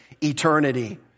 eternity